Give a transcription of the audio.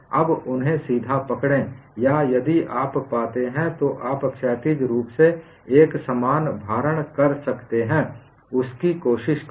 अब उन्हें सीधे पकड़ें या यदि आप पाते हैं तो आप क्षैतिज रूप से एक समान भारण कर सकते हैं उसकी कोशिश करो